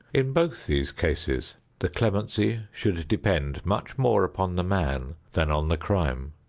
in both these cases the clemency should depend much more upon the man than on the crime.